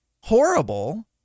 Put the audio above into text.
horrible